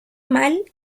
mal